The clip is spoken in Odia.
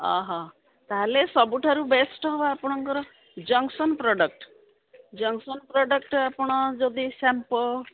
ଅହ ତାହେଲେ ସବୁଠାରୁ ବେଷ୍ଟ ହବ ଆପଣଙ୍କର ଜନ୍ସନ୍ ପ୍ରଡ଼କ୍ଟ ଜନ୍ସନ୍ ପ୍ରଡ଼କ୍ଟ ଆପଣ ଯଦି ସାମ୍ପୋ